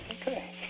Okay